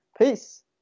peace